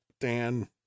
Dan